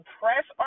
press